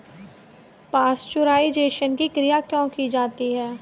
Pasteurisation की क्रिया क्यों की जाती है?